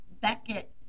Beckett